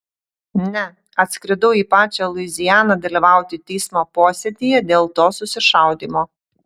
ne atskridau į pačią luizianą dalyvauti teismo posėdyje dėl to susišaudymo